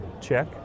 Check